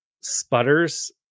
sputters